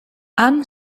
han